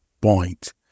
point